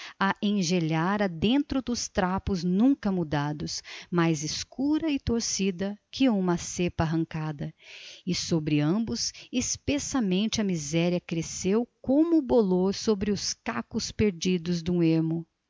engelhara dentro dos trapos nunca mudados mais escura e torcida que uma cepa arrancada e sobre ambos espessamente a miséria cresceu como o bolor sobre cacos perdidos num ermo